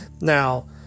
Now